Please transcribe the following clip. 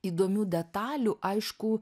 įdomių detalių aišku